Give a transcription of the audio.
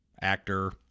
actor